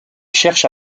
cherche